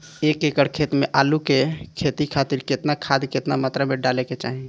एक एकड़ खेत मे आलू के खेती खातिर केतना खाद केतना मात्रा मे डाले के चाही?